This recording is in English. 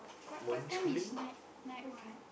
but part-time is night night what